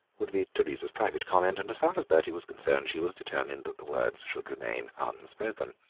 would be teresa's private comment, and as far as bertie was concerned she was determined that the words should remain unspoken.